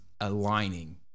aligning